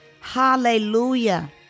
Hallelujah